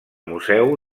museu